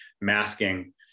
masking